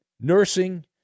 nursing